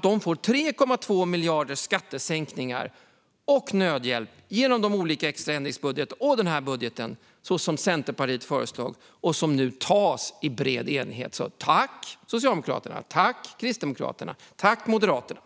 ska få 3,2 miljarder i skattesänkningar och nödhjälp med hjälp av de olika extra ändringsbudgetarna och den här budgeten som Centerpartiet har föreslagit och som nu antas i bred enighet. Tack, Socialdemokraterna! Tack, Kristdemokraterna! Tack, Moderaterna!